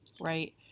Right